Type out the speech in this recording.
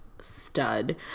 stud